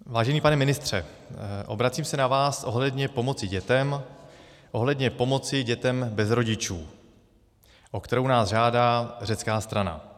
Vážený pane ministře, obracím se na vás ohledně pomoci dětem, ohledně pomoci dětem bez rodičů, o kterou nás žádá řecká strana.